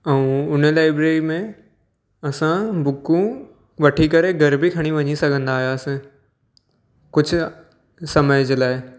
ऐं उन लाइब्रेरी में असां बुकूं वठी करे बि खणी वञी सघंदा आहियासीं कुझु समय जे लाइ